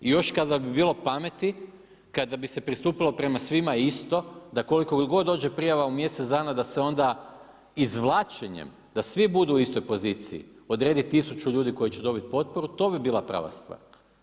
I još kada bi bilo pameti, kada bi se pristupilo prema svima isto da koliko god dođe prijava u mjesec dana da se onda izvlačenjem, da svi budu u istoj poziciji odredi tisuću ljudi koji će dobiti potporu to bi bila prava stvar.